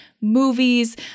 movies